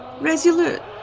resolute